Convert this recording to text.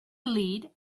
lead